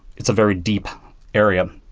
it's a very deep area.